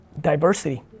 diversity